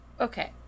Okay